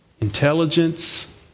Intelligence